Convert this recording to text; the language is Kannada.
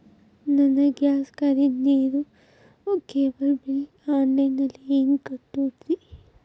ನನ್ನ ಗ್ಯಾಸ್, ಕರೆಂಟ್, ನೇರು, ಕೇಬಲ್ ಬಿಲ್ ಆನ್ಲೈನ್ ನಲ್ಲಿ ಹೆಂಗ್ ಕಟ್ಟೋದ್ರಿ?